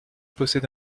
possède